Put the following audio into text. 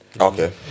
Okay